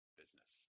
business